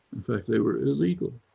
in fact they were illegal.